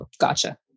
Gotcha